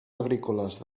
agrícoles